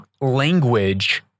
language